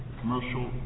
commercial